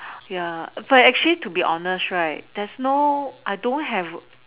ya but actually to be honest right there's no I don't have